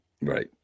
Right